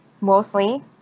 mostly